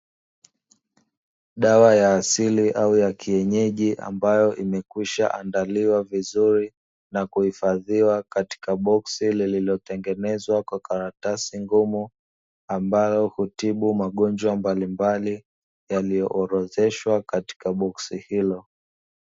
Dawa ya asili au ya kienyeji, ambayo imekwisha andaliwa vizuri na kuhifadhiwa katika boksi lililotengenezwa kwa karatasi ngumu, ambalo hutibu magonjwa mbalimbali yaliyoorodheshwa katika boksi hilo.